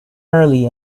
early